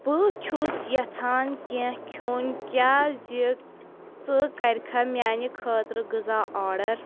بہٕ چھُس یژھان کینٛہہ کھیوٚن کیازِ ژٕ کَرِکھا میانہِ خٲطرٕ غِذا آرڈر